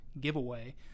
giveaway